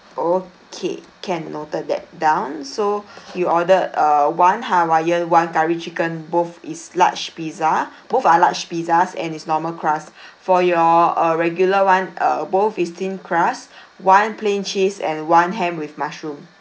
okay can noted that down so you ordered uh one hawaiian one curry chicken both is large pizza both are large pizzas and is normal crust for your uh regular [one] uh both is thin crust one plain cheese and one ham with mushroom